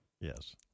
Yes